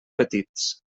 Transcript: petits